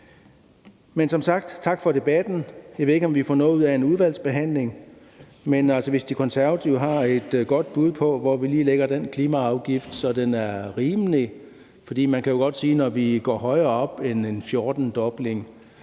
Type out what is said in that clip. vil jeg sige tak for debatten. Jeg ved ikke, om vi får noget ud af en udvalgsbehandling. Men lad os se, om De Konservative har et godt bud på, hvor vi lige lægger den klimaafgift, sådan at den er rimelig. For man kan jo godt sige, at når vi går højere op end en 14-dobling